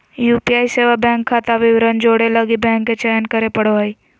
UPI सेवा bank खाता विवरण जोड़े लगी बैंक के चयन करे पड़ो हइ